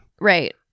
Right